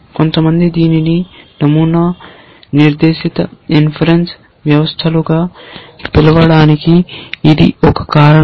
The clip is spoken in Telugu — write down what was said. కొంతమంది దీనిని నమూనా నిర్దేశిత ఇన్ఫరన్స వ్యవస్థలుగా పిలవడానికి ఇది ఒక కారణం